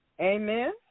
Amen